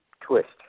twist